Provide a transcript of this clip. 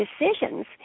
decisions